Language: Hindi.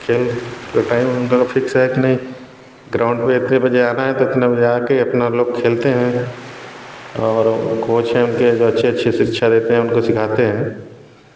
खेल के टाइम उनका फक्स है कि नहीं ग्राउंड पर इतने बजे आना है तो इतने बजे आ कर अपना लोग खेलते हैं और कोच है उनके जो अच्छे अच्छे शिक्षा देते हैं उनको सिखाते हैं